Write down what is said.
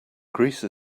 greece